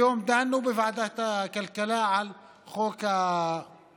היום דנו בוועדת הכלכלה על חוק הטיסות,